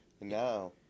now